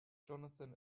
johnathan